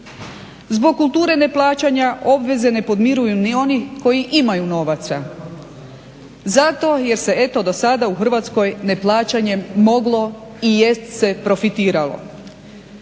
Zbog kulture neplaćanja obveze ne podmiruju ni oni koji imaju novaca zato jer se eto do sada u Hrvatskoj neplaćanjem moglo i jest se profitiralo.